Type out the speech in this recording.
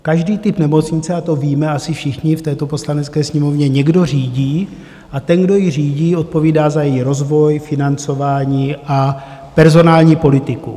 Každý typ nemocnice, a to víme asi všichni v této Poslanecké sněmovně, někdo řídí, a ten, kdo ji řídí, odpovídá za její rozvoj, financování a personální politiku.